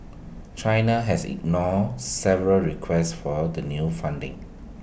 China has ignored several requests for the new funding